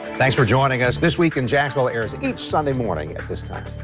thanks for joining us this week and jackal airs each sunday morning, this time.